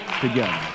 together